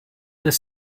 des